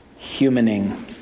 humaning